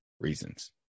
reasons